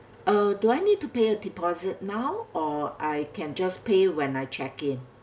uh do I need to pay a deposit now or I can just pay when I check in